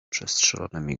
przestrzelonymi